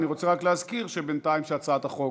אני רוצה רק להזכיר בינתיים שהצעת החוק